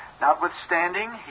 Notwithstanding